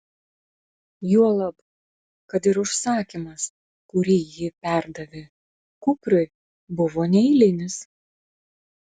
juolab kad ir užsakymas kurį ji perdavė kupriui buvo neeilinis